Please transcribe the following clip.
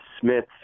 Smith